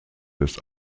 des